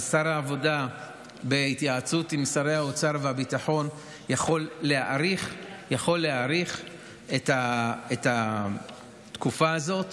שר האוצר יכול להאריך את התקופה הזאת